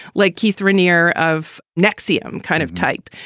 like keith renier of nexium kind of type.